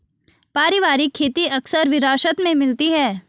पारिवारिक खेती अक्सर विरासत में मिलती है